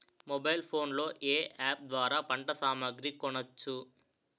Mobile phone లో ఏ app ద్వారా పంట సామాగ్రి కొనచ్చు?